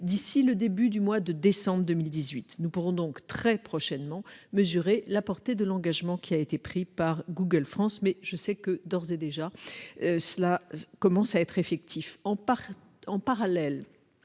d'ici au début du mois de décembre 2018. Nous pourrons donc très prochainement mesurer la portée de l'engagement qui a été pris par Google France. Mais je sais que cela commence d'ores et déjà à être effectif. En parallèle,